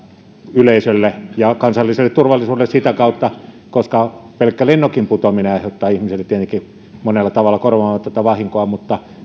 yleisölle ja kansalliselle turvallisuudelle sitä kautta pelkkä lennokin putoaminen aiheuttaa ihmiselle tietenkin monella tavalla korvaamatonta vahinkoa mutta